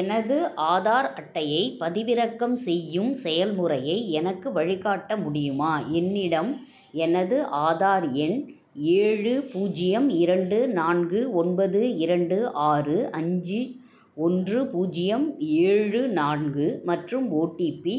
எனது ஆதார் அட்டையை பதிவிறக்கம் செய்யும் செயல்முறையை எனக்கு வழிகாட்ட முடியுமா என்னிடம் எனது ஆதார் எண் ஏழு பூஜ்ஜியம் இரண்டு நான்கு ஒன்பது இரண்டு ஆறு அஞ்சு ஒன்று பூஜ்ஜியம் ஏழு நான்கு மற்றும் ஓடிபி